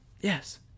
yes